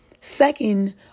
second